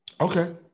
Okay